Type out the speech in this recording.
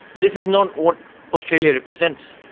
this is not what australia represents.